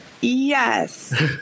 Yes